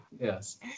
yes